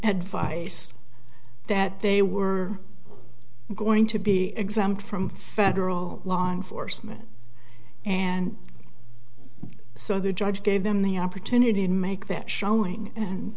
advice that they were going to be exempt from federal law enforcement and so the judge gave them the opportunity to make that showing and